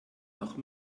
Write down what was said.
noch